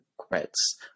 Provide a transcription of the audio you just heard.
regrets